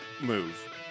move